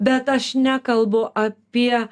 bet aš nekalbu apie